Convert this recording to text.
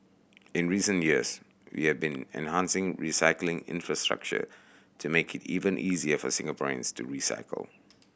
in recent years we have been enhancing recycling infrastructure to make it even easier for Singaporeans to recycle